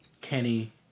Kenny